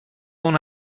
اون